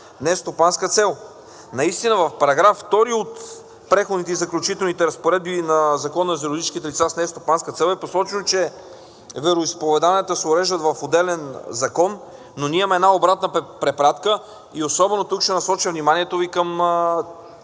нестопанска цел. Наистина в § 2 от Преходните и заключителните разпоредби на Закона за юридическите лица с нестопанска цел е посочено, че вероизповеданията се уреждат в отделен закон, но ние имаме една обратна препратка и особено тук ще насоча вниманието Ви към